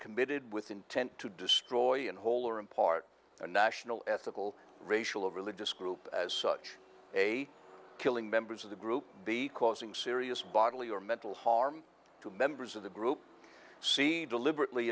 committed with intent to destroy in whole or in part the national ethical racial religious group as such a killing members of the group be causing serious bodily or mental harm to members of the group c deliberately